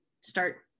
start